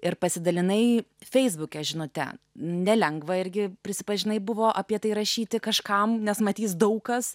ir pasidalinai feisbuke žinute nelengva irgi prisipažinai buvo apie tai rašyti kažkam nes matys daug kas